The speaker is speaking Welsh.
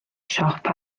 siop